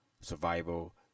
survival